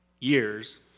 years